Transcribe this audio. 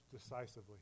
decisively